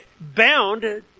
bound